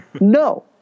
no